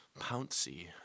Pouncy